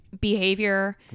behavior